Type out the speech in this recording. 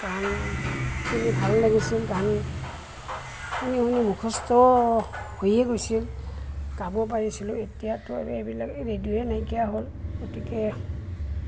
গান শুনি ভাল লাগিছিল গান শুনি শুনি মুখস্থ হৈয়ে গৈছিল গাব পাৰিছিলোঁ এতিয়াতো আৰু এইবিলাক ৰেডিঅ'য়ে নাইকিয়া হ'ল গতিকে